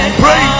pray